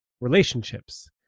relationships